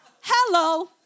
Hello